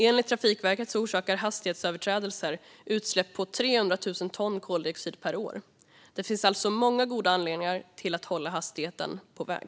Enligt Trafikverket orsakar hastighetsöverträdelser utsläpp på 300 000 ton koldioxid per år. Det finns alltså många goda anledningar att hålla hastigheten på väg.